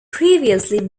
previously